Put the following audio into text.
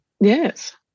yes